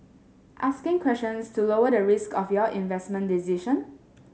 asking questions to lower the risk of your investment decision